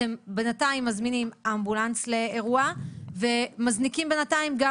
אתם בינתיים מזמינים אמבולנס לאירוע ומזניקים בינתיים גם